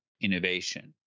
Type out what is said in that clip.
innovation